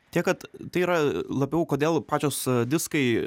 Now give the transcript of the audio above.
tiek kad tai yra labiau kodėl pačios diskai